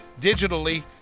digitally